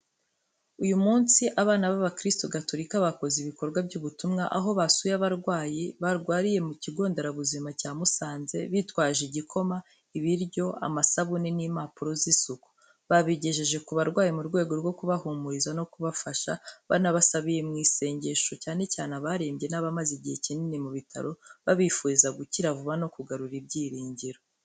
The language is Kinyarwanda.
Uyu munsi, abana b’abakirisitu Gatolika bakoze ibikorwa by’ubutumwa, aho basuye abarwayi barwariye mu kigonderabuzima cya Musanze. Bitwaje igikoma, ibiryo, amasabune n’impapuro z’isuku, babigejeje ku barwayi mu rwego rwo kubahumuriza no kubafasha. Banabasabiye mu isengesho, cyane cyane abarembye n’abamaze igihe kinini mu bitaro, babifuriza gukira vuba no kugarura ibyiringiro.